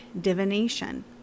divination